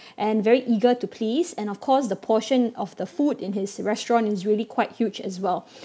and very eager to please and of course the portion of the food in his restaurant is really quite huge as well